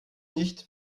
nicht